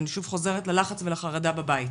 ואני שוב חוזרת ללחץ והחרדה בבית.